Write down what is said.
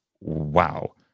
wow